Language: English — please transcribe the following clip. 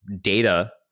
data